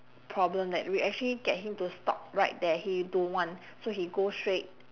problem that we actually get him to stop right there he don't want so he go straight